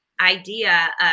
idea